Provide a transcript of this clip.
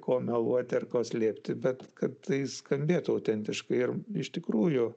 ko meluoti ar ko slėpti bet kad tai skambėtų autentiškai ir iš tikrųjų